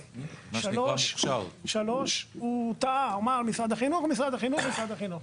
בנוסף, הוא חזר ואמר משרד החינוך והוא טעה.